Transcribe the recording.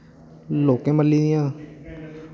लोकें मल्ली दियां